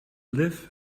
live